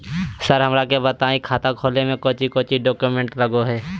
Sir हमरा के बताएं खाता खोले में कोच्चि कोच्चि डॉक्यूमेंट लगो है?